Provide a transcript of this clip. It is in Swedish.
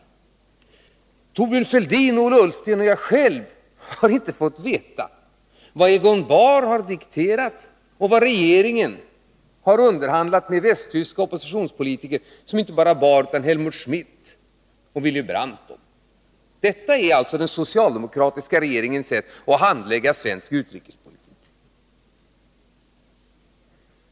Varken Thorbjörn Fälldin, Ola Ullsten eller jag själv har fått veta vad Egon Bahr har dikterat och vad den svenska regeringen har underhandlat med västtyska oppositionspolitiker om, och då inte bara Egon Bahr utan också Helmut Schmidt och Willy Brandt. Detta är alltså den socialdemokratiska regeringens sätt att handlägga svensk utrikespolitik.